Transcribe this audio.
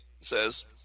says